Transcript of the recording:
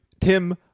Tim